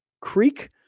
creek